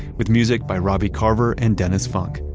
with music by robbie carver and dennis funk.